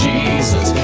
Jesus